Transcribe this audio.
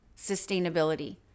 sustainability